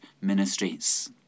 Ministries